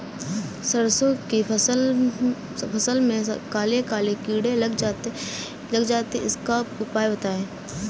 सरसो की फसल में काले काले कीड़े लग जाते इसका उपाय बताएं?